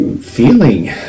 feeling